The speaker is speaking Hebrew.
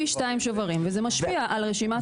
פי 2 שוברים וזה משפיע על רשימת ההמתנה.